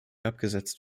abgesetzt